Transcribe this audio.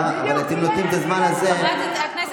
ואתם נותנים את הזמן הזה לאופוזיציה.